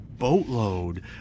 boatload